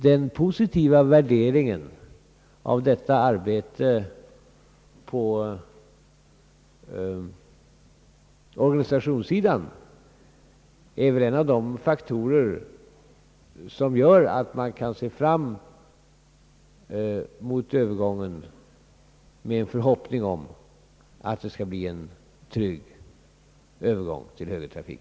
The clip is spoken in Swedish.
Den positiva värderingen av detta arbete på organisationssidan är väl en av de faktorer som gör att man kan se fram mot övergången med förhoppning om att det skall bli en trygg övergång till högertrafik.